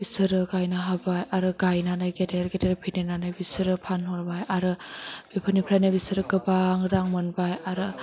बिसोरो गायनो हाबाय आरो गायनानै गेदेर गेदेर फेदेरनानै बिसोरो फानहरबाय आरो बेफोरनिफ्राइनो बिसोरो गोबां रां मोनबाय आरो